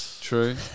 true